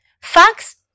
Fox